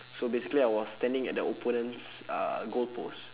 so basically I was standing at the opponent's uh goalpost